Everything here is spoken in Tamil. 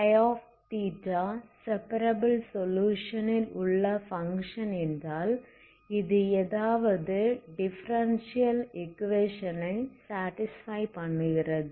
ϴθசெப்பரபில் சொலுயுஷன் ல் உள்ள பங்க்ஷன் என்றால் இது எதாவது டிஃபரென்டியல் ஈக்குவேஷன் ஐ சாடிஸ்ஃபை பண்ணுகிறது